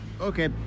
Okay